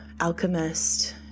alchemist